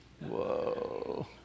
Whoa